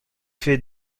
fait